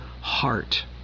heart